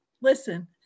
listen